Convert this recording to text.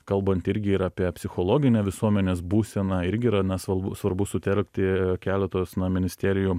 kalbant irgi ir apie psichologinę visuomenės būseną irgi yra na svalb svarbu sutelkti keletos na ministerijų